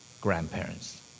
Grandparents